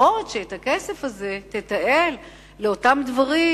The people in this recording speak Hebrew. לפחות שאת הכסף הזה תתעל לאותם דברים,